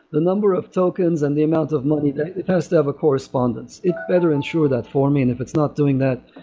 the number of tokens and the amount of money that it has to have a correspondence. it better ensure that for me. and if it's not doing that,